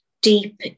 deep